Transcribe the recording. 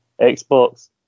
Xbox